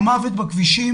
המוות בכבישים,